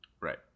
Right